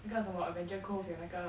because of our adventure cove 有那个